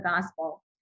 gospel